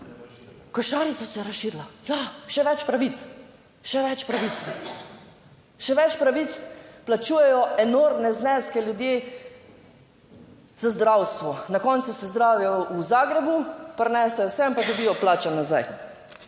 Košarica se je razširila. Ja, še več pravic, še več pravic. Še več pravic, plačujejo enormne zneske ljudje za zdravstvo. Na koncu se zdravijo v Zagrebu, prinesejo sem, pa dobijo plačo nazaj.